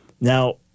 Now